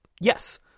yes